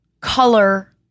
color